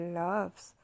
loves